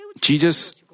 Jesus